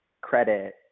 credit